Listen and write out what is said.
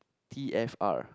T_F_R